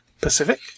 Pacific